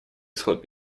исход